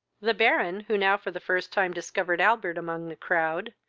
the baron, who now for the first time discovered albert among the crowd,